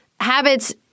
habits